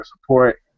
support